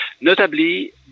notably